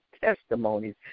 testimonies